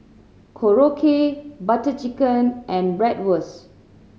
Korokke Butter Chicken and Bratwurst